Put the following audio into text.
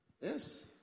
Yes